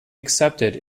accepted